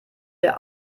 der